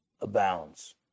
abounds